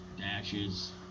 dashes